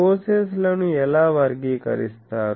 sources లను ఎలా వర్గీకరిస్తారు